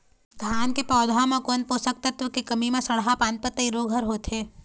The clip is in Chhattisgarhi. धान के पौधा मे कोन पोषक तत्व के कमी म सड़हा पान पतई रोग हर होथे?